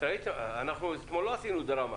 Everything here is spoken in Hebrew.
אנחנו אתמול לא עשינו דרמה.